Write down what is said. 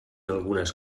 algunes